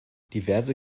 diverse